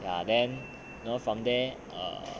ya then you know from there